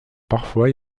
parfois